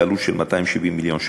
בעלות של 270 מיליון שקלים,